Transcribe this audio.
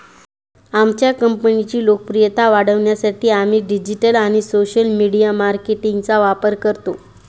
आमच्या कंपनीची लोकप्रियता वाढवण्यासाठी आम्ही डिजिटल आणि सोशल मीडिया मार्केटिंगचा वापर करतो